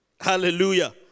hallelujah